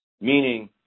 meaning